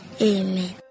Amen